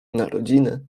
narodziny